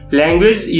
language